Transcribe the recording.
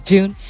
June